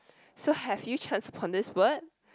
so have you chanced upon this word